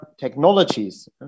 technologies